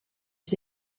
est